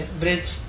bridge